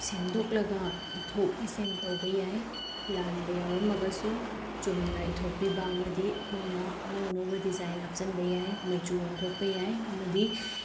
ꯁꯦꯝꯗꯣꯛꯂꯒ ꯏꯊꯣꯛ ꯏꯁꯤꯟ ꯇꯧꯕ ꯌꯥꯏ ꯂꯥꯟꯕ ꯌꯥꯎꯔꯝꯂꯒꯁꯨ ꯆꯨꯝꯅ ꯏꯊꯣꯛꯄꯤꯕ ꯑꯃꯗꯤ ꯑꯩꯈꯣꯏꯅ ꯑꯅꯧ ꯑꯅꯧꯕ ꯗꯤꯖꯥꯏꯟ ꯍꯥꯞꯆꯤꯟꯕ ꯌꯥꯏ ꯃꯆꯨ ꯑꯣꯟꯊꯣꯛꯄ ꯌꯥꯏ ꯑꯃꯗꯤ